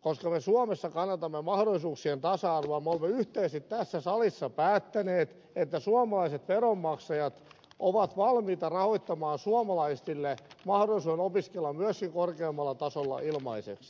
koska me suomessa kannatamme mahdollisuuksien tasa arvoa me olemme yhteisesti tässä salissa päättäneet että suomalaiset veronmaksajat ovat valmiita rahoittamaan suomalaisille mahdollisuuden opiskella myöskin korkeammalla tasolla ilmaiseksi